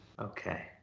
Okay